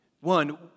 one